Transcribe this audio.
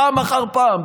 פעם אחר פעם,